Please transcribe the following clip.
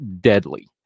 deadly